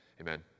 amen